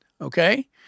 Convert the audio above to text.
okay